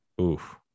oof